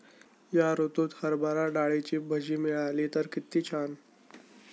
या ऋतूत हरभरा डाळीची भजी मिळाली तर कित्ती छान